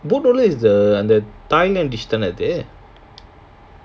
boat noodle is the uh the thai dish தானே அது:thaanae adhu